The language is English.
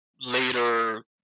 later